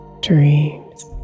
dreams